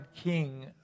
king